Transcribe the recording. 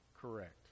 correct